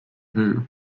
who